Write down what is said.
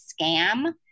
scam